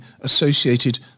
associated